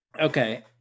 Okay